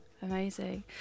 Amazing